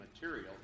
material